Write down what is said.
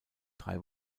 drei